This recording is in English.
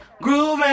Grooving